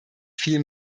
viel